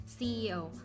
CEO